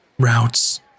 Routes